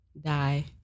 die